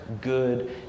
good